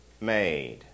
made